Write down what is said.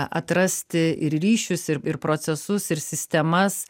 atrasti ir ryšius ir procesus ir sistemas